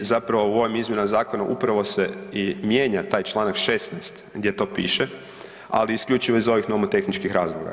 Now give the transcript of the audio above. Vi zapravo u ovim izmjenama zakona upravo se i mijenja taj čl. 16. gdje to piše, ali isključivo iz ovih nomotehničkih razloga.